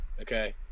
Okay